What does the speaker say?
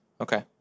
Okay